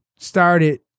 started